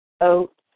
oats